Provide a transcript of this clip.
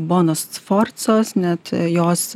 bonos sforzos net jos